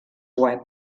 web